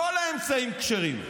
כל האמצעים כשרים.